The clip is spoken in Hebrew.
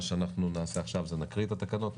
מה שאנחנו נעשה עכשיו זה נקריא את התקנות,